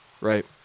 right